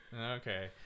okay